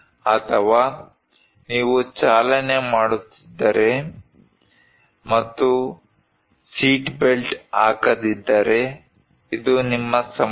ಅಥವಾ ನೀವು ಚಾಲನೆ ಮಾಡುತ್ತಿದ್ದರೆ ಮತ್ತು ಸೀಟ್ಬೆಲ್ಟ್ ಹಾಕದಿದ್ದರೆ ಇದು ನಿಮ್ಮ ಸಮಸ್ಯೆ